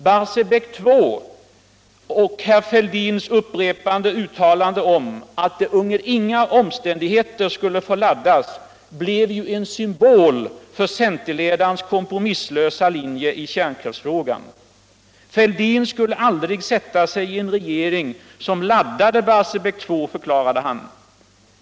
Herr Fälldins upprepade uttalanden om att Barsebäck 2 under inga omständigheter skulle få laddas blev en symbol för centerledarens kompromisslösa linje i kärnkrafisfrågan. Fälldin skulle aldrig sätta sig i en regering som laddade Barsebäck 2, förklarade han.